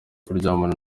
kuryamana